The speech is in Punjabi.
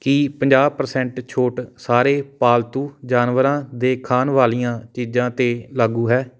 ਕੀ ਪੰਜਾਹ ਪਰਸੈਂਟ ਛੋਟ ਸਾਰੇ ਪਾਲਤੂ ਜਾਨਵਰਾਂ ਦੇ ਖਾਣ ਵਾਲੀਆਂ ਚੀਜ਼ਾਂ 'ਤੇ ਲਾਗੂ ਹੈ